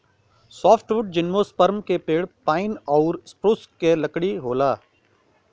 softwood gymnosperm के पेड़ pine आउर स्प्रूस क लकड़ी होला